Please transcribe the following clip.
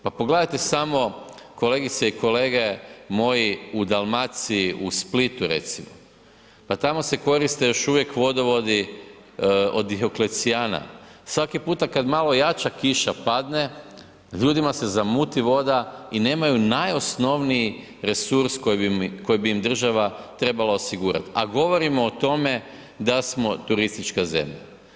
Pa pogledajte samo kolegice i kolege moji u Dalmaciji, u Splitu recimo, pa tamo se koriste još uvijek vodovodi od Dioklecijana, svaki puta kad malo jača kiša padne, ljudima se zamuti voda i nemaju najosnovniji resurs koji bi im država trebala osigurat, a govorimo o tome da smo turistička zemlja.